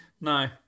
No